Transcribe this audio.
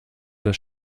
das